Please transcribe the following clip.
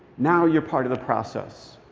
now you're part of the process.